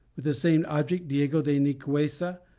with the same object diego de nicuessa,